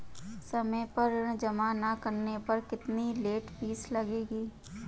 समय पर ऋण जमा न करने पर कितनी लेट फीस लगेगी?